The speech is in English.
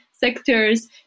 sectors